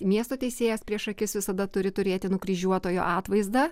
miesto teisėjas prieš akis visada turi turėti nukryžiuotojo atvaizdą